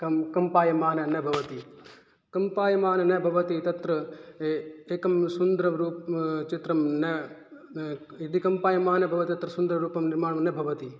कम् कम्पायमानः न भवति कम्पायमान न भवति तत्र एकं सुन्दरं चित्रं न यदि कम्पायमान भवति तत्र सुन्दररूपं निर्माणं न भवति